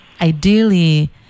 ideally